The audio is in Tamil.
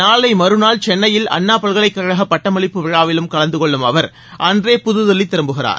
நாளை மறுநாள் சென்னையில் அண்ணா பல்கலைக்கழக பட்டமளிப்பு விழாவிலும் கலந்து கொள்ளும் அவர் அன்றே புதுதில்லி திரும்புகிறார்